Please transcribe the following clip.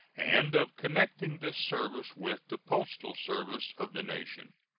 and of connecting this service with the postal service of the nation.